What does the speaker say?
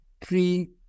three